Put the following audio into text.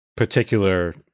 particular